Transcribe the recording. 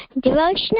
Devotional